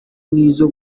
nk’izo